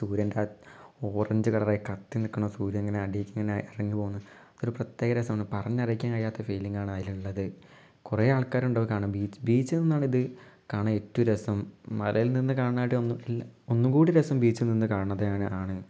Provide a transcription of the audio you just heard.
സൂര്യൻ്റെ orange colour ആയി കത്തി നിൽക്കുന്ന സൂര്യൻ ഇങ്ങനെ അടിയിലേക്ക് ഇറങ്ങി പോകുന്നത് ഒരു പ്രത്യേക രസം പറഞ്ഞറിയിക്കാനാകാത്ത ഫീലിങ്ങ് ആണ് അതിൽ ഉള്ളത് കുറേ ആൾക്കാർ ഉണ്ട് അത് കാണാൻ ബീച്ചിൽ നിന്നാണിത് കാണാൻ എന്ത് രസം മലയിൽ നിന്ന് കാണാട്ടി ഒന്നും കൂടി രസം ബീച്ചിൽ നിന്ന് കാണുന്നതാണ് ആണ്